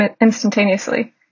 instantaneously